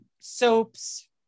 soaps